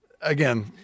again